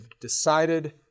decided